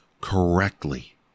correctly